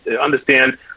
understand